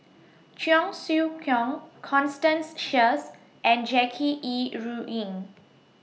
Cheong Siew Keong Constance Sheares and Jackie Yi Ru Ying